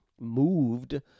moved